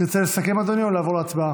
תרצה לסכם, אדוני, או לעבור להצבעה?